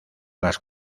las